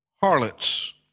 harlots